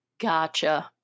Gotcha